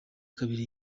kabiri